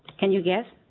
can you get